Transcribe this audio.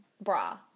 bra